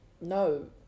no